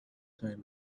time